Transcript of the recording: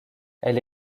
elle